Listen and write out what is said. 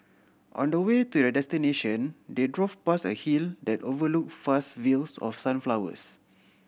on the way to their destination they drove past a hill that overlook fast fields of sunflowers